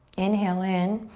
inhale in.